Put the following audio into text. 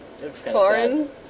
Foreign